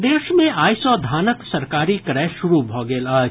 प्रदेश मे आइ सँ धानक सरकारी क्रय शुरू भऽ गेल अछि